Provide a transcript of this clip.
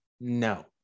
No